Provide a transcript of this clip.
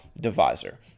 divisor